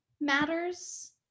matters